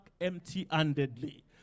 empty-handedly